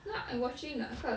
no I watching the 那个